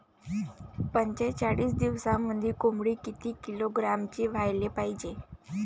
पंचेचाळीस दिवसामंदी कोंबडी किती किलोग्रॅमची व्हायले पाहीजे?